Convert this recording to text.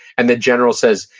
and the general says,